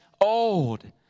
old